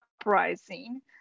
uprising